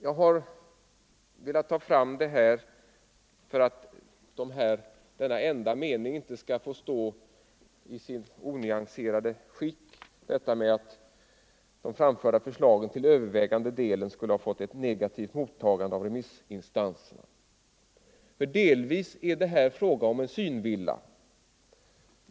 Jag har velat ta fram detta för att den här enda meningen där remissyttrandena berörs inte skall få stå oemotsagd i sitt onyanserade skick —- att de framförda förslagen till övervägande del skulle ha fått ett negativt mottagande av remissinstanserna. Delvis är det här fråga om en synvilla.